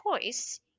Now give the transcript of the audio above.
choice